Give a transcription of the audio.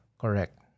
correct